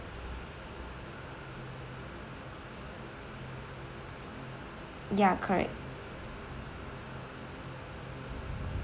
yeah correct